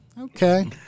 Okay